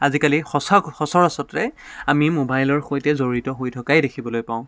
আজিকালি সঁচা সচৰাচতে আমি মোবাইলৰ সৈতে জড়িত হৈ থকাই দেখিবলৈ পাওঁ